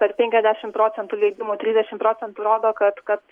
per penkiasdešim procentų leidimų trisdešim procentų rodo kad kad